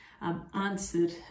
answered